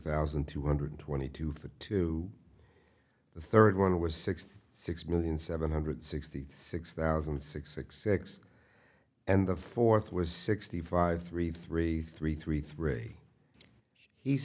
thousand two hundred twenty two for two the third one was sixty six million seven hundred sixty six thousand six six six and the fourth was sixty five three three three three three